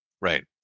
Right